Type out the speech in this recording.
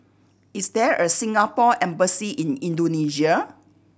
is there a Singapore Embassy in Indonesia